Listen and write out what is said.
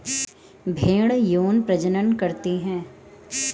भेड़ यौन प्रजनन करती है